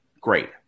Great